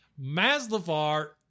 Maslavar